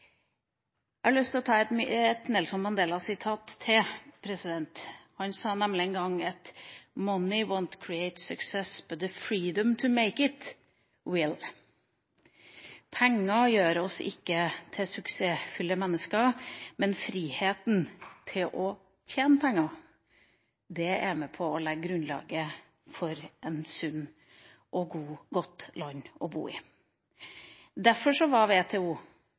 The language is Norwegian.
Jeg har lyst til å ta et Nelson Mandela-sitat til. Han sa nemlig en gang at «Money wońt create success, the freedom to make it will.» Penger gjør oss ikke til suksessfulle mennesker, men friheten til å tjene penger er med på å legge grunnlaget for et sunt og godt land å bo i. Derfor var